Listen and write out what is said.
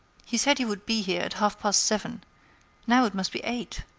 he said he would be here at half-past seven now it must be eight.